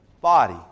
body